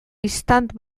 istant